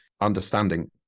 understanding